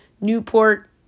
Newport